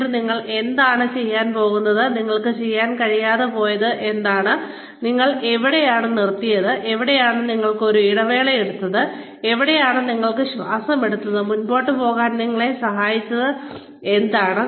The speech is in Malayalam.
എന്നിട്ട് നിങ്ങൾക്ക് എന്താണ് ചെയ്യാൻ കഴിഞ്ഞത് നിങ്ങൾക്ക് ചെയ്യാൻ കഴിയാതെ പോയത് എന്താണ് നിങ്ങൾ എവിടെയാണ് നിർത്തിയത് എവിടെയാണ് നിങ്ങൾ ഒരു ഇടവേള എടുത്തത് എവിടെയാണ് നിങ്ങൾ ശ്വാസം എടുത്തത് മുന്നോട്ട് പോകാൻ നിങ്ങളെ സഹായിച്ചത് എന്താണ്